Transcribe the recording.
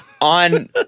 on